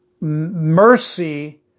Mercy